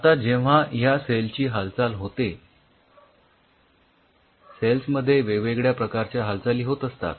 आता जेव्हा ह्या सेल ची हालचाल होते सेल्स मध्ये वेगवेगळ्या प्रकारच्या हालचाली होत असतात